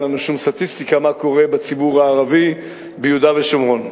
אין לנו שום סטטיסטיקה מה קורה בציבור הערבי ביהודה ושומרון.